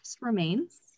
remains